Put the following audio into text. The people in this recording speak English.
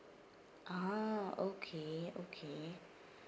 ah okay okay